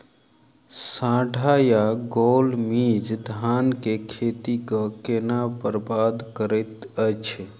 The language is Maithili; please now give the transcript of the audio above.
साढ़ा या गौल मीज धान केँ खेती कऽ केना बरबाद करैत अछि?